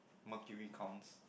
mercury counts